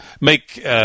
make –